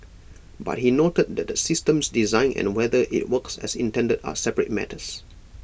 but he noted that the system's design and whether IT works as intended are separate matters